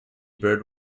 bird